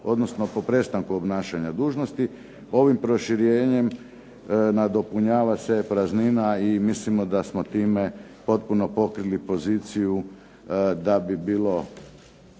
odnosno po prestanku obnašanja dužnosti. Ovim proširenjem nadopunjava se praznina i mislimo da smo time potpuno pokrili poziciju da bi bilo,